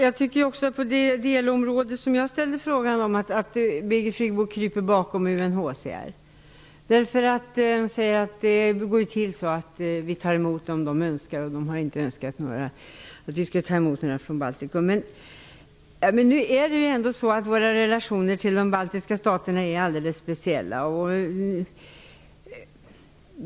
Fru talman! Jag tycker att Birgit Friggebo kryper bakom UNHCR även på det delområde där jag ställde en fråga. Hon säger att vi tar emot om UNHCR önskar, men de har inte önskat att vi skall ta emot några människor från Baltikum. Våra relationer till de baltiska staterna är mycket speciella.